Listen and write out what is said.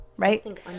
Right